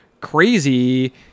crazy